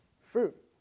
fruit